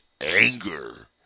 anger